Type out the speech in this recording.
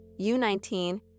U19